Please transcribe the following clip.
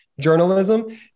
journalism